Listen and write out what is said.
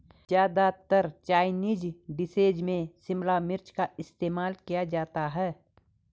ज्यादातर Chinese dishes में शिमला मिर्च का इस्तेमाल किया जाता है